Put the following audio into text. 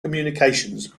communications